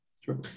Sure